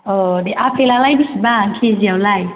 औ दे आफेलआलाय बिसिबां खिजियावलाय